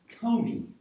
coney